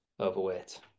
Overweight